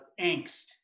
angst